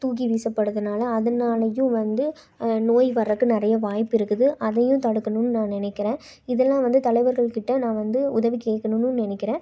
தூக்கி வீசப்படுவதனால அதுனாலேயும் வந்து நோய் வர்றக்கு நிறைய வாய்ப்பு இருக்குது அதையும் தடுக்கணும்ன்னு நான் நினைக்கிறேன் இதெலாம் வந்து தலைவர்கள்கிட்டே நான் வந்து உதவி கேட்கணுன்னு நினைக்கிறேன்